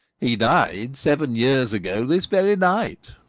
he died seven years ago, this very night.